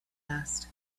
asked